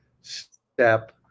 step